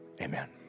amen